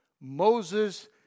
Moses